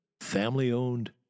family-owned